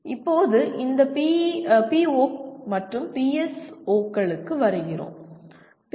இப்போது இந்த பிஓக்கள் மற்றும் பிஎஸ்ஓக்களுக்கு வருகிறோம் பி